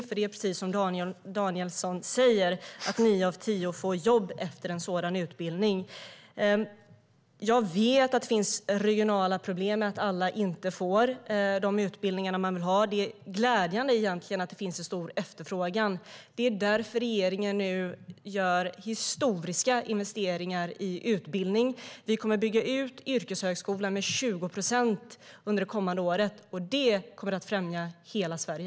Det är nämligen precis som Danielsson säger så att nio av tio får jobb efter en sådan utbildning. Jag vet att det finns regionala problem med att alla inte får de utbildningar de vill ha. Det är egentligen glädjande att det finns en så stor efterfrågan. Det är därför regeringen nu gör historiska investeringar i utbildning. Vi kommer att bygga ut yrkeshögskolan med 20 procent under det kommande året, och det kommer att främja hela Sverige.